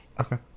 Okay